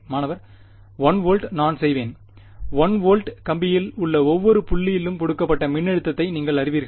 மாணவர் 1 வோல்ட் நான் செய்வேன் 1 வோல்ட் கம்பியில் உள்ள ஒவ்வொரு புள்ளியிலும் கொடுக்கப்பட்ட மின்னழுத்தத்தை நீங்கள் அறிவீர்கள்